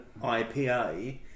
ipa